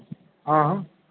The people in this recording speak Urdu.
ہاں ہاں